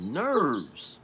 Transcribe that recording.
nerves